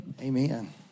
Amen